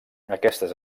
aquestes